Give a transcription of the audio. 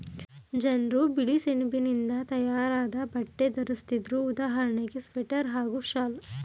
ಜನ್ರು ಬಿಳಿಸೆಣಬಿನಿಂದ ತಯಾರಾದ್ ಬಟ್ಟೆ ಧರಿಸ್ತಿದ್ರು ಉದಾಹರಣೆಗೆ ಸ್ವೆಟರ್ ಹಾಗೂ ಶಾಲ್